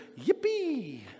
Yippee